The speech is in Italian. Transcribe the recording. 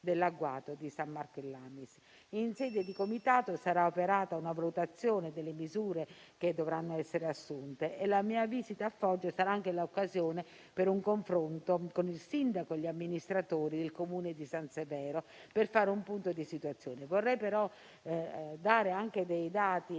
dell'agguato di San Marco in Lamis. In sede di comitato sarà operata una valutazione delle misure che dovranno essere assunte e la mia visita a Foggia sarà anche l'occasione per un confronto con il sindaco e gli amministratori del Comune di San Severo, per fare un punto di situazione. Vorrei però dare anche dei dati